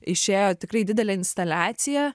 išėjo tikrai didelė instaliacija